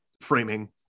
framing